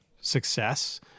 success